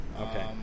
okay